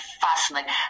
fascinating